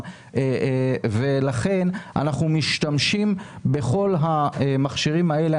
ולכן אנחנו משתמשים בכל המכשירים האלה.